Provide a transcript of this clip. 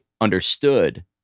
understood